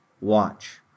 watch